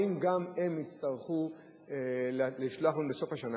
האם גם הם יצטרכו לשלוח לנו בסוף השנה?